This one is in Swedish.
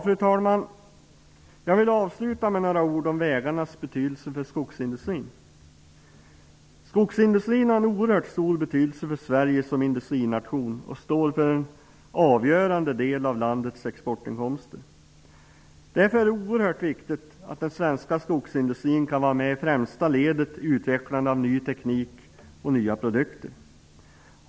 Fru talman! Jag vill avsluta med några ord om vägarnas betydelse för skogsindustrin. Skogsindustrin har en oerhört stor betydelse för Sverige som industrination och står för en avgörande del av landets exportinkomster. Därför är det oerhört viktigt att den svenska skogsindustrin kan vara med i främsta ledet vid utvecklandet av ny teknik och nya produkter.